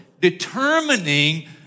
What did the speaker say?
determining